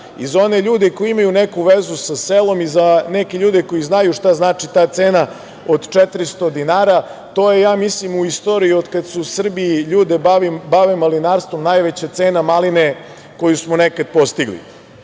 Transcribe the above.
i za one ljude koji imaju neku vezu sa selom i za neke ljude koji znaju šta znači ta cena od 400 dinara, to je, ja mislim, u istoriji od kad se u Srbiji ljude bave malinarstvom najveća cena maline koju smo nekad postigli.